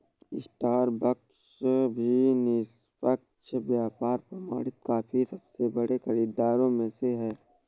Starbucks भी निष्पक्ष व्यापार प्रमाणित कॉफी के सबसे बड़े खरीदारों में से एक है